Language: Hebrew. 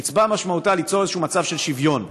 הקצבה, משמעותה ליצור איזשהו מצב של שוויון.